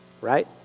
right